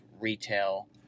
retail